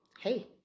hey